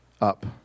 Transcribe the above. Up